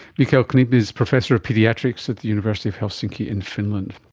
mikael knip is professor of paediatrics at the university of helsinki in finland